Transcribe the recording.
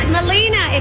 Melina